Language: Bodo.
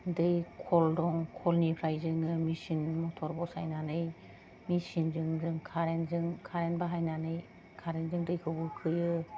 दै खल दं खलनिफ्राय जोङो मिसिन मटर बसायनानै मेसिनजों जों कारेन्टजों कारेन्ट बाहायनानै कारेन्टजों दैखौ बोखोयो